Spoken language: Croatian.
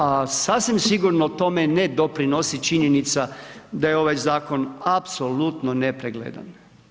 A sasvim sigurno tome ne doprinosi činjenica da je ovaj zakon apsolutno nepregledan.